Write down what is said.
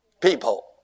people